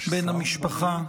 בן המשפחה,